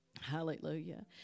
Hallelujah